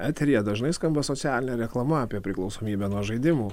eteryje dažnai skamba socialinė reklama apie priklausomybę nuo žaidimų